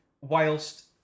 whilst